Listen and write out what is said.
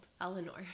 eleanor